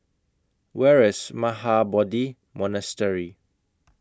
Where IS Mahabodhi Monastery